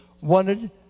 wanted